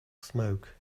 smoke